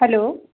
hello